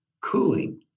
cooling